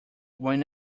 when